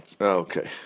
Okay